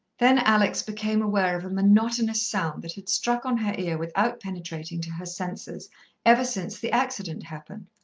then alex became aware of a monotonous sound that had struck on her ear without penetrating to her senses ever since the accident happened.